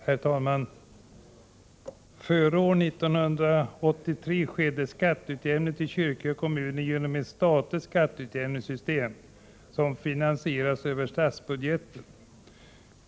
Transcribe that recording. Herr talman! Före år 1983 skedde skatteutjämningen för kyrkliga kommuner genom ett statligt skatteutjämningssystem, som finansierades över statsbudgeten.